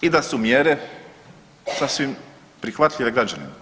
I da su mjere sasvim prihvatljive građanima.